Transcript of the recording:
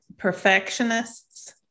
perfectionists